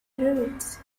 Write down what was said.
rude